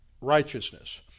righteousness